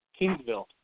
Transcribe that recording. Kingsville